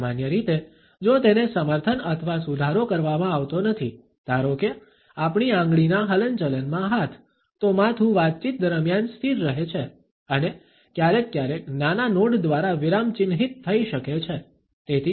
સામાન્ય રીતે જો તેને સમર્થન અથવા સુધારો કરવામાં આવતો નથી ધારો કે આપણી આંગળીના હલનચલનમાં હાથ તો માથું વાતચીત દરમિયાન સ્થિર રહે છે અને ક્યારેક ક્યારેક નાના નોડ દ્વારા વિરામચિહ્નિત થઈ શકે છે